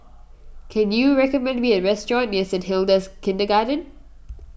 can you recommend me a restaurant near Saint Hilda's Kindergarten